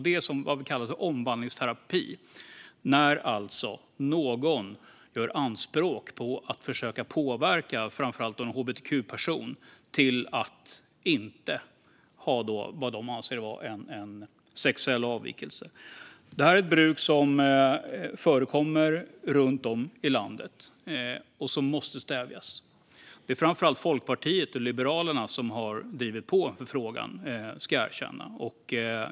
Det är vad som kallas omvandlingsterapi, alltså att man gör anspråk på att kunna påverka framför allt hbtq-personer till att inte ha vad man anser vara en sexuell avvikelse. Det här är ett bruk som förekommer runt om i landet och som måste stävjas. Det är framför allt Folkpartiet och Liberalerna som har drivit på i frågan, ska jag erkänna.